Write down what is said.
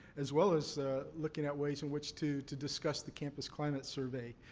as well as looking at ways in which to to discuss the campus climate survey.